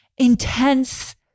intense